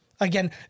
again